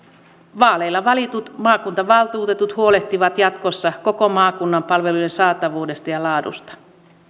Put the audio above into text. vaaleilla valitut maakuntavaltuutetut huolehtivat jatkossa koko maakunnan palvelujen saatavuudesta ja laadusta